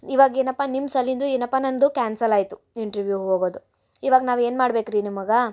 ಇವಾಗ ಏನಪ್ಪಾ ನಿಮ್ಮ ಸಲಿಂದು ಏನಪ್ಪ ನನ್ನದು ಕ್ಯಾನ್ಸಲ್ ಆಯಿತು ಇಂಟ್ರ್ವ್ಯೂವ್ ಹೋಗೋದು ಇವಾಗ ನಾವು ಏನು ಮಾಡ್ಬೇಕು ರೀ ನಿಮಗೆ